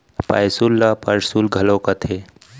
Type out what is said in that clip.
पैसुल ल परसुल घलौ कथें